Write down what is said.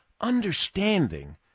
understanding